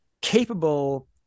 capable